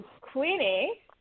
Queenie